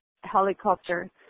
helicopter